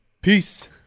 peace